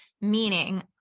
meaning